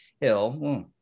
Hill